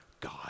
God